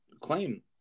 claim